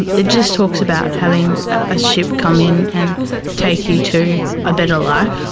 and it just talks about having a ship come in and take you to a better life,